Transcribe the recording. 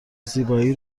زیبایی